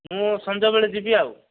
ମୁଁ ସଞ୍ଜବେଳେ ଯିବି ଆଉ